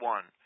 One